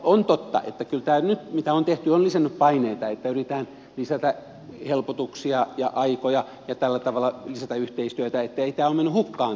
on totta että kyllä tämä mitä nyt on tehty on lisännyt paineita niin että yritetään lisätä helpotuksia ja aikoja ja tällä tavalla lisätä yhteistyötä niin ettei tämä ole mennyt hukkaan tämä työ